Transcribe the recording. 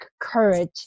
courage